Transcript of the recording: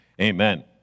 Amen